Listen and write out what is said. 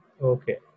okay